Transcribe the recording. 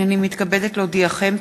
הנני מתכבדת להודיעכם,